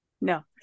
No